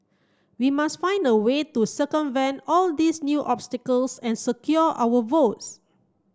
we must find a way to circumvent all these new obstacles and secure our votes